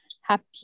Happy